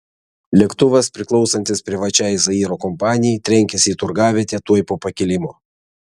lėktuvas priklausantis privačiai zairo kompanijai trenkėsi į turgavietę tuoj po pakilimo